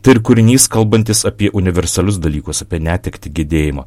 tai ir kūrinys kalbantis apie universalius dalykus apie netektį gedėjimą